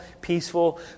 peaceful